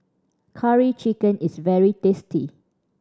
Curry Chicken is very tasty